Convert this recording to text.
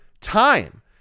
time